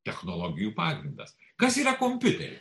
technologijų pagrindas kas yra kompiuteris